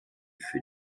für